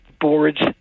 boards